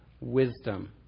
wisdom